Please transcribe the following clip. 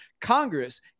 Congress